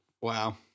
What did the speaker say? Wow